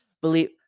believe